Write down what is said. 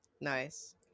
Nice